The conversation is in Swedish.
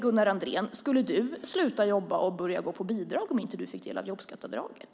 Gunnar Andrén, skulle du sluta jobba och börja gå på bidrag om du inte fick del av jobbskatteavdraget?